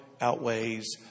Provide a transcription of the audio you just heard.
outweighs